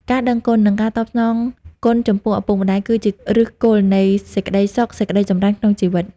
ការដឹងគុណ និងការតបស្នងគុណចំពោះឪពុកម្តាយ គឺជាឫសគល់នៃសេចក្តីសុខ សេចក្តីចម្រើនក្នុងជីវិត។